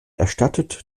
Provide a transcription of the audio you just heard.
erstattet